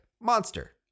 monster